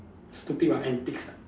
stupid what antics ah